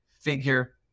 Figure